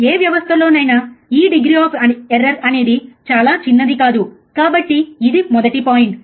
ఏ వ్యవస్థలోనైనా ఈ degree of error అనేది చాలా చిన్నది కాదు కాబట్టి ఇది మొదటి పాయింట్